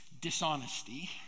dishonesty